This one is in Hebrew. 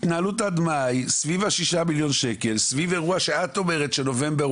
כי התוכנית סוף סוף הצליחה, שנים היא